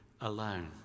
alone